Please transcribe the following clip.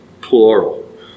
plural